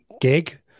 gig